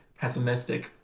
Pessimistic